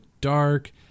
dark